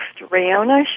Rayona